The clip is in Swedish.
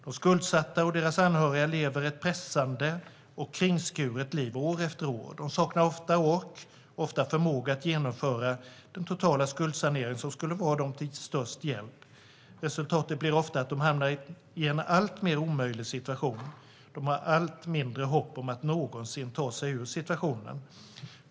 De skuldsatta och deras anhöriga lever ett pressande och kringskuret liv år efter år. De saknar ofta ork och förmåga att genomföra den totala skuldsanering som skulle vara dem till störst hjälp. Resultatet blir ofta att de hamnar i en alltmer omöjlig situation. De har allt mindre hopp om att någonsin ta sig ur situationen.